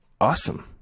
awesome